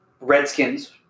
Redskins